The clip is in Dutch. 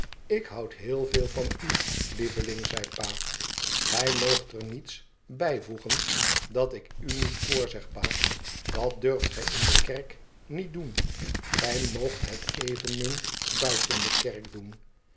tik houd heel veel van u lieveling zei pa gij moogt er niets bijvoegen dat ik u niet voorzeg pa dat durft gij in de kerk niet doen j moogt het evenmin buiten de kerk doen